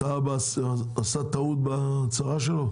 עשה טעות בהצהרה שלו?